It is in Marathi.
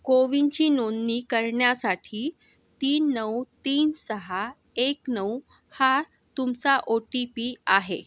कोविनची नोंदणी करण्यासाठी तीन नऊ तीन सहा एक नऊ हा तुमचा ओ टी पी आहे